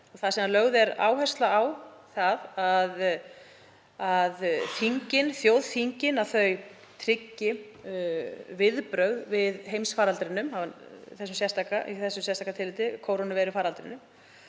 þar sem lögð er áhersla á að þjóðþingin tryggi viðbrögð við heimsfaraldrinum, í þessu sérstaka tilviki kórónuveirufaraldrinum,